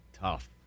Tough